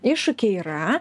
iššūkiai yra